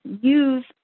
use